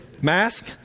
Mask